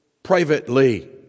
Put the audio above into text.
privately